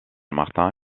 martin